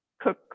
cook